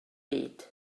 byd